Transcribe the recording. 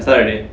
start already